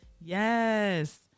Yes